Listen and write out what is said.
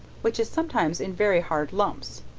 which is sometimes in very hard lumps.